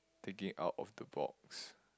thinking out of the box